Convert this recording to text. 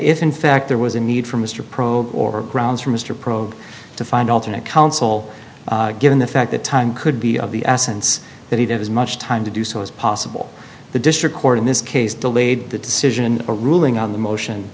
if in fact there was a need for mr pro or grounds for mr pro to find alternate counsel given the fact that time could be of the essence that he did as much time to do so as possible the district court in this case delayed the decision or ruling on the motion